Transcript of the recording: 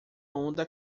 onda